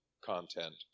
content